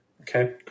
Okay